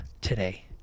today